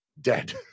dead